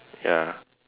ya